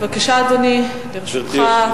בבקשה, אדוני, לרשותך שלוש דקות.